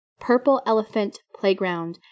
purpleelephantplayground